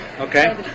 Okay